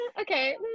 okay